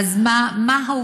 אז מה העובדות?